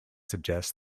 suggests